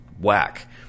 whack